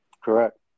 Correct